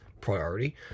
priority